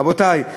רבותי,